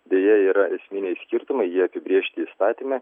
deja yra esminiai skirtumai jie apibrėžti įstatyme